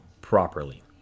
properly